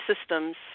systems